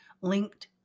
linked